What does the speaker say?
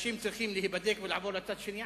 ואנשים צריכים להיבדק ולעבור לצד השני,